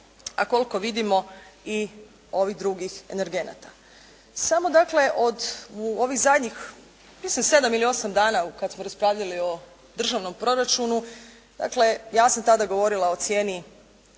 a koliko vidimo i ovih drugih energenata. Samo dakle od ovih zadnjih mislim sedam ili osam dana kad smo raspravljali o državnom proračunu, dakle ja sam tada govorila o cijeni